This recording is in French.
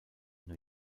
new